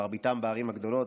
מרביתם בערים הגדולות.